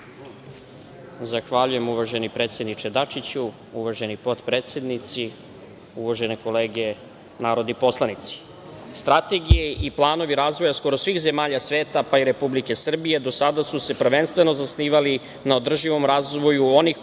Zahvaljujem, uvaženi predsedniče, Dačiću. Uvaženi potpredsednici, uvažene kolege narodni poslanici, strategije i planovi razvoja skoro svih zemalja sveta, pa i Republike Srbije do sada su se prvenstveno zasnivali na održivom razvoju onih područja